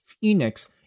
Phoenix